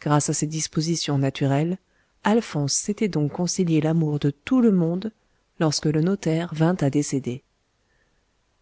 grâce à ses dispositions naturelles alphonse s'était donc concilié l'amour de tout le monde lorsque le notaire vint à décéder